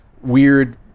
weird